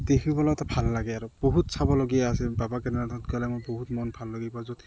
দেখিবলৈতো ভাল লাগে আৰু বহুত চাবলগীয়া আছে বাবা কেদাৰনাথত গ'লে মই বহুত মন ভাল লাগিব য'ত